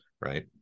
right